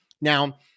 Now